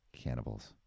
cannibals